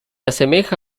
asemeja